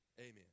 Amen